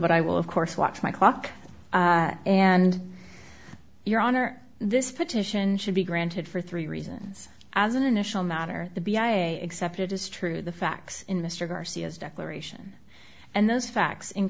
but i will of course watch my clock and your honor this petition should be granted for three reasons as an initial matter the b a accepted as true the facts in mr garcia's declaration and those facts in